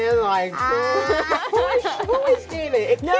you know